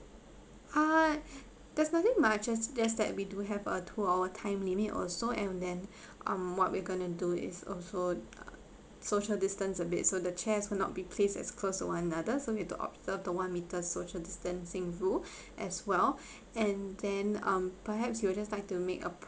uh that's nothing much as there's that we do have a two hour time limit also and then um what we're gonna to do is also social distance a bit so the chairs will not be placed as close to one another so we have to opt to one meter social distancing too as well and then um perhaps you will just like to make a